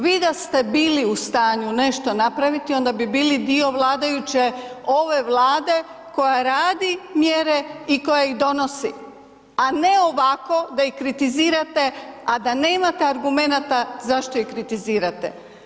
Vi da ste bili u stanju nešto napraviti onda bi bili dio vladajuće ove Vlade koja radi mjere i koja ih donosi, a ne ovako da ih kritizirate, a da nemate argumenata zašto ih kritizirate.